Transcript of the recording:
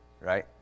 right